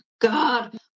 god